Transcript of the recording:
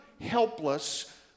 helpless